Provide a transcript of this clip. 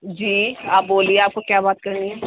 جی آپ بولیے آپ کو کیا بات کر رہی ہیں